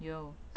有